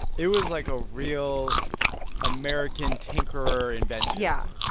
it was, like, a real american tinker invention yeah,